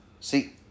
see